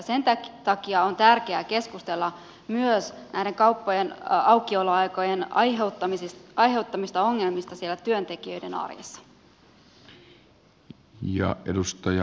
sen takia on tärkeää keskustella myös kauppojen aukioloaikojen aiheuttamista ongelmista siellä työntekijöiden arjessa